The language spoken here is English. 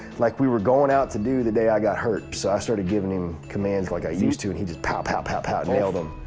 like we were going out to do the day i got hurt. so i started giving him commands like i used to. and he just pow pow pow pow nailed them.